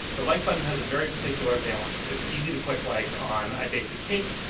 the like button has a very particular valence. it's easy to click like on, i baked a cake,